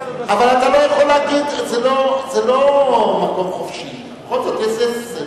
זה לא מקום חופשי, בכל זאת יש סדר.